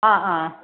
हा हा